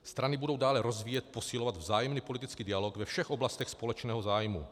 Strany budou dále rozvíjet, posilovat vzájemný politický dialog ve všech oblastech společného zájmu.